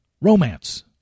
Romance